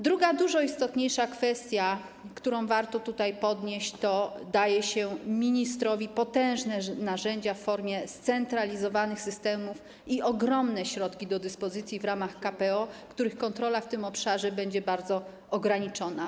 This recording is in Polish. Druga dużo istotniejsza kwestia, którą warto tutaj podnieść, to to, że daje się ministrowi potężne narzędzia w formie scentralizowanych systemów i ogromne środki do dyspozycji w ramach KPO, których kontrola w tym obszarze będzie bardzo ograniczona.